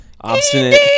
obstinate